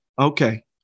Okay